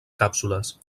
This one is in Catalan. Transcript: càpsules